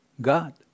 God